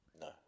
No